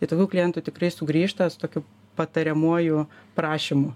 ir tokių klientų tikrai sugrįžta su tokiu patariamuoju prašymu